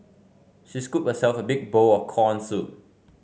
she scooped herself a big bowl of corn soup